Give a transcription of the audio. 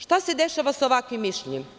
Šta se dešava sa ovakvim mišljenjem?